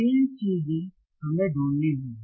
तीन चीजें हमें ढूंढनी होंगी